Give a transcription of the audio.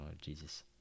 Jesus